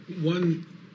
One